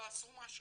תעשו משהו,